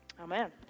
Amen